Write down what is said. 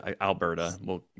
Alberta